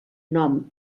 nom